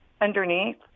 underneath